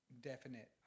definite